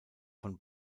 von